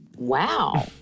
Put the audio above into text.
Wow